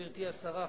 גברתי השרה,